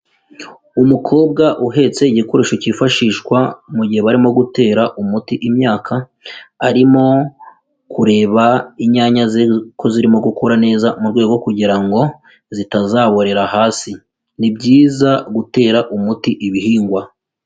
Umukobwa uhetse igikoresho cyifashishwa mu gihe barimo gutera umuti imyaka arimo kureba inyanya ze ko zirimo gukura neza mu rwego kugira ngo zitazaborera hasi, ni byiza gutera umuti ibihingwa.